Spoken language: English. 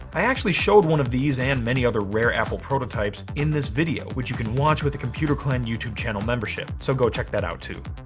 i actually showed one of these and many other rare apple prototypes in this video, which you can watch with the computer clan youtube channel membership. so go check that out, too.